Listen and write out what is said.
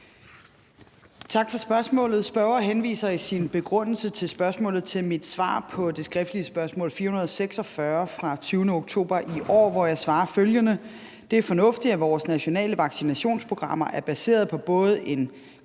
Tak for spørgsmålet. Spørgeren henviser i sin begrundelse til spørgsmålet til mit svar på det skriftlige spørgsmål 446 af 20. oktober i år, hvor jeg svarer følgende: »... det er fornuftigt, at vores nationale vaccinationsprogrammer er baseret på en både